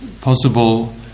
possible